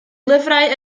lyfrau